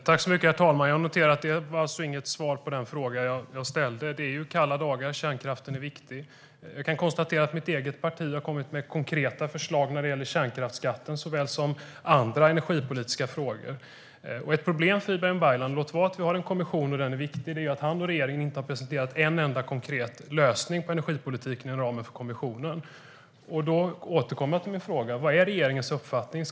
Herr talman! Jag noterar att det inte var något svar på den fråga jag ställde. Det är kalla dagar som kärnkraften är viktig. Jag kan konstatera att mitt eget parti har kommit med konkreta förslag när det gäller kärnkraftsskatten såväl som andra energipolitiska frågor. Låt vara att vi har en kommission - och den är viktig - men ett problem för Ibrahim Baylan är att han och regeringen inte har presenterat en enda konkret lösning på energipolitiken inom ramen för kommissionen. Därför återkommer jag till min fråga: Vad är regeringens uppfattning?